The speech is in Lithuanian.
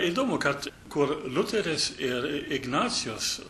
įdomu kad kur liuteris ir ignacijus